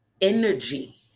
energy